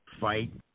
fight